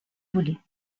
voler